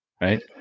right